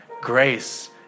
grace